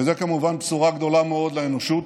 וזו כמובן בשורה גדולה מאוד לאנושות,